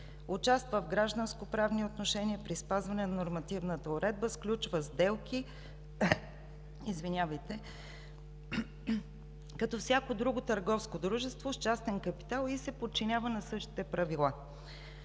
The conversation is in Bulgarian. Участва в гражданско правни отношения при спазване на нормативната уредба, сключва сделки като всяко друго търговско дружество с частен капитал и се подчинява на същите правила.